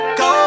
go